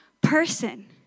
person